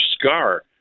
scar